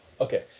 Okay